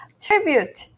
tribute